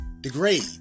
degrade